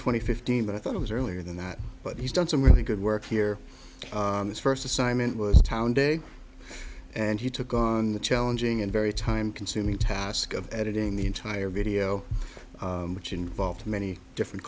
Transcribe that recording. and fifteen but i thought it was earlier than that but he's done some really good work here on this first assignment was town day and he took on the challenging and very time consuming task of editing the entire video which involved many different